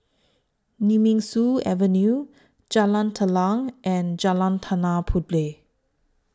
Nemesu Avenue Jalan Telang and Jalan Tanah Puteh